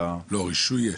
יש רישוי.